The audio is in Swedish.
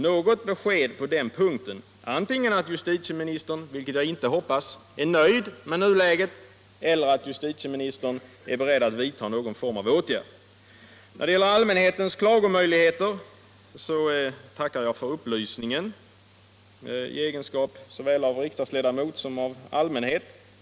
Något besked på den punkten skulle jag vilja ha, antingen att justitieministern — vilket jag inte hoppas — är nöjd med nuläget eller att justitieministern är beredd att vidta någon form av åtgärd. Beträffande allmänhetens klagomöjligheter tackar jag för upplysningen, såväl i egenskap av riksdagsledamot som av en person tillhörande allmänheten.